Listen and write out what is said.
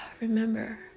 remember